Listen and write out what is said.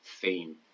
theme